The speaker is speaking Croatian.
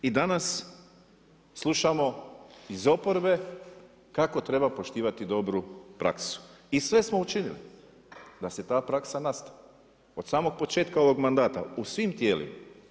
I danas slušamo iz oporbe kako treba poštivati dobru praksu i sve smo učinili da se ta praksa nastavi od samog početka ovog mandata, u svim tijelima.